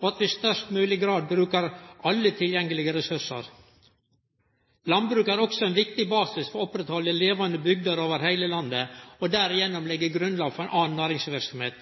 og at vi i størst mogleg grad brukar alle tilgjengelege ressursar. Landbruket er òg ein viktig basis for å oppretthalde levande bygder over heile landet og derigjennom legg grunnlaget for anna næringsverksemd.